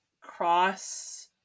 cross